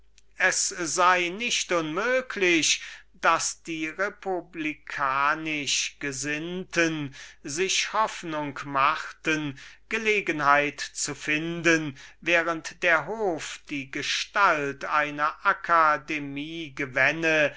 es sei nicht unmöglich daß die republikanisch gesinnte sich hoffnung machten gelegenheit zu finden indessen daß der hof die gestalt der akademie gewänne